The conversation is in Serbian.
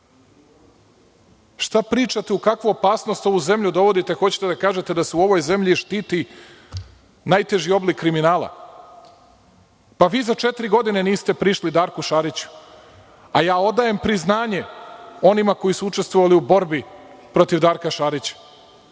Šta pričate, u kakvu opasnost ovu zemlju dovodite, hoćete da kažete da se u ovoj zemlji štiti najteži oblik kriminala? Vi za četiri godine niste prišli Darku Šariću, a ja odajem priznanje onima koji su učestvovali u borbi protiv Darka Šarića,